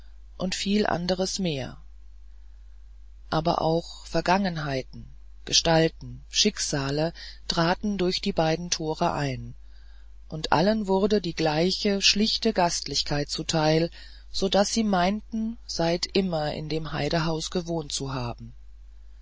und viel anderes mehr aber auch vergangenheiten gestalten schicksale traten durch die beiden tore ein und allen wurde die gleiche schlichte gastlichkeit zuteil so daß sie meinten seit immer in dem heidehaus gewohnt zu haben